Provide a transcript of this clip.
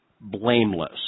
blameless